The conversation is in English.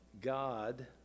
God